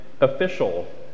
official